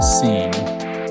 scene